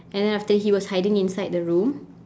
and then after that he was hiding inside the room